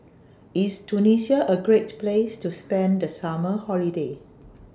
IS Tunisia A Great Place to spend The Summer Holiday